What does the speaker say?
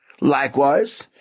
Likewise